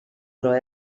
però